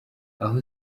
aho